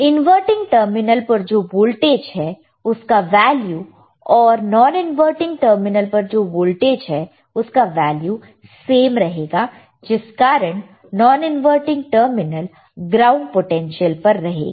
inverting terminal पर जो voltage है उसका वैल्यू और नॉन इनवर्टिंग टर्मिनल पर जो वोल्टेज है उसका वैल्यू सेम रहेगा जिस कारण non inverting terminal ground potential पर रहेगा